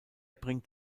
bringt